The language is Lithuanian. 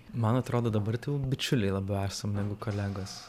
man atrodo dabar tai jau bičiuliai labiau esam negu kolegos